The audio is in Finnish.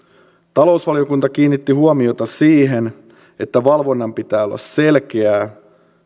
talousvaliokunta kiinnitti huomiota siihen että valvonnan pitää olla selkeää